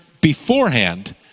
beforehand